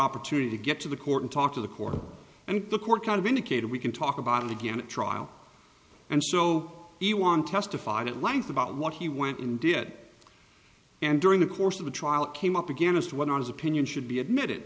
opportunity to get to the court and talk to the court and the court kind of indicated we can talk about it again at trial and so he won testified at length about what he went and did and during the course of the trial it came up again as to what are his opinion should be admitted